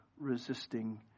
resisting